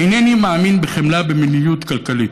אינני מאמין בחמלה במדיניות כלכלית.